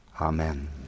Amen